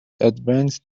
advanced